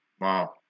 Wow